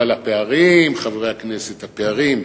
אבל הפערים, חברי הכנסת, הפערים.